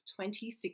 2016